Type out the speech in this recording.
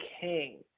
king